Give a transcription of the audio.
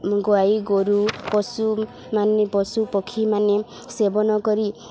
ଗାଈ ଗୋରୁ ପଶୁମାନେ ପଶୁ ପକ୍ଷୀମାନେ ସେବନ କରି